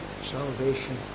salvation